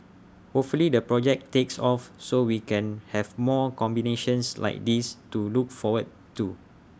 hopefully the project takes off so we can have more combinations like this to look forward to